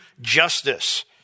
justice